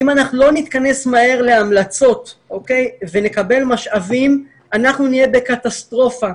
אם אנחנו לא ניכנס מהר להמלצות ונקבל משאבים אנחנו נהיה בקטסטרופה.